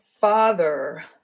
father